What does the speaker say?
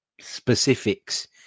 specifics